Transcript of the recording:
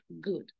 good